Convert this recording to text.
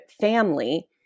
family